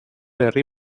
henri